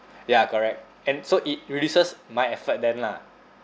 ya correct and so it releases my effort then lah